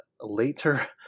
later